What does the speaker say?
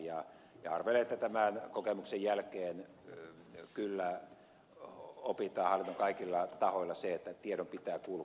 arvelen että tämän kokemuksen jälkeen kyllä opitaan hallinnon kaikilla tahoilla se että tiedon pitää kulkea